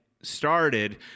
started